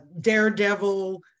daredevil